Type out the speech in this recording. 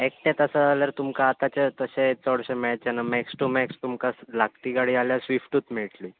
एकटेंत आसा आल्यार तुमकां आतांच्यात तशें चडशें मेळचें ना मॅक्स टू मॅक्स तुमकां लागटी गाडी आल्या स्विफ्टूत मेळटली